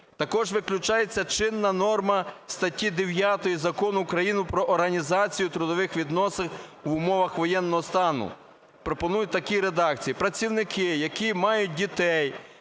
Також виключається чинна норма статті 9 Закону України "Про організацію трудових відносин в умовах воєнного стану". Пропонують в такій редакції: працівники, які мають дітей